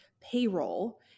payroll